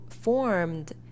formed